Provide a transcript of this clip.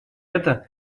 это